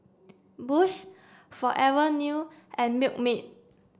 Bosch Forever New and Milkmaid